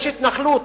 יש התנחלות.